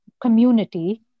community